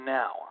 now